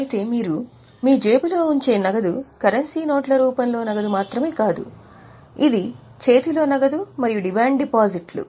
అయితే మీరు మీ జేబులో ఉంచే నగదు కరెన్సీ నోట్ల రూపంలో నగదు మాత్రమే కాదు ఇది చేతిలో నగదు మరియు డిమాండ్ డిపాజిట్లు